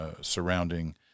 surrounding